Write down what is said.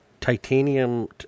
titanium